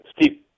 Steve